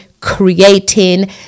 creating